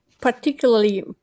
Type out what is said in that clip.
particularly